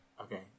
Okay